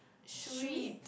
sweet